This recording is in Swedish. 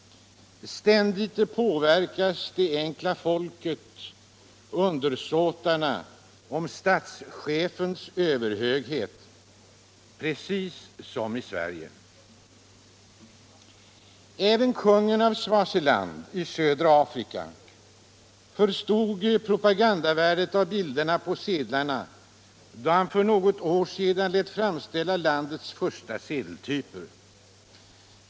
Ständigt påverkas det enkla folket — undersåtarna — för att övertygas om statschefens överhöghet. Precis som i Sverige. Även kungen av Swaziland i södra Afrika förstod propagandavärdet av bilderna på sedlarna då han för något år sedan lät framställa landets första sedeltyper.